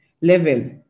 level